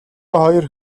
хоёр